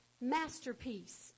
masterpiece